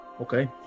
Okay